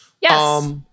Yes